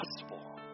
gospel